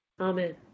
Amen